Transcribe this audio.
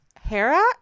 Hera